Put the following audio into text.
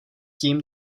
tím